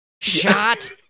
shot